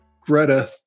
Greta